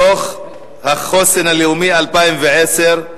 דוח החוסן הלאומי 2010,